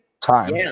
time